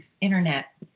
internet